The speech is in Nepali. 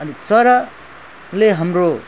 चराले हाम्रो